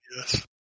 yes